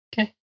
Okay